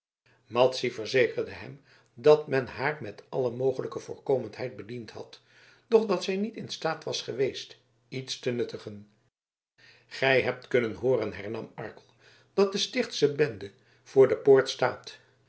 madzy verzekerde hem dat men haar met alle mogelijke voorkomendheid bediend had doch dat zij niet in staat was geweest iets te nuttigen gij hebt kunnen hooren hernam arkel dat de stichtsche bende voor de poort staat